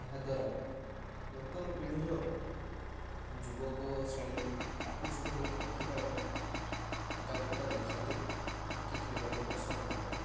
ଏହାଦ୍ୱାରା ନୂତନ ପିଢ଼ୀର ଯୁବକ ଶ୍ରେଣୀ ଆକୃଷ୍ଟ ହୋଇ ହକି ପାଇଁ ଏକାଗ୍ରତା ଦେଖାନ୍ତି ହକି ଖେଳିବାକୁ ପସନ୍ଦ କରନ୍ତି